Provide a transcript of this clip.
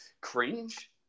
cringe